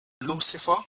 Lucifer